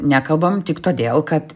nekalbam tik todėl kad